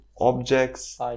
objects